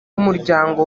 w’umuryango